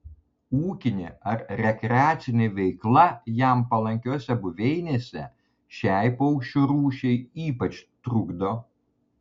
ūkinė ar rekreacinė veikla jam palankiose buveinėse šiai paukščių rūšiai ypač trukdo